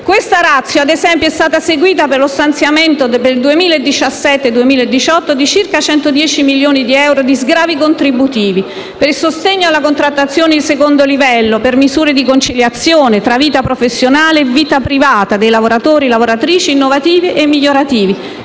Questa *ratio* - ad esempio - è stata seguita per lo stanziamento nel 2017 e nel 2018 di circa 110 milioni di euro di sgravi contributivi per il sostegno alla contrattazione di secondo livello, per misure di conciliazione tra vita professionale e vita privata dei lavoratori e lavoratrici innovative e migliorative.